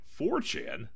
4chan